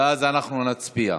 ואז אנחנו נצביע.